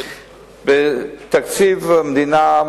בתקציב המדינה,